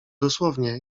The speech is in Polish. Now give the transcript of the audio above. dosłownie